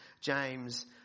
James